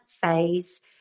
phase